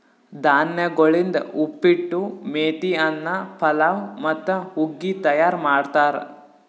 ಧಾನ್ಯಗೊಳಿಂದ್ ಉಪ್ಪಿಟ್ಟು, ಮೇತಿ ಅನ್ನ, ಪಲಾವ್ ಮತ್ತ ಹುಗ್ಗಿ ತೈಯಾರ್ ಮಾಡ್ತಾರ್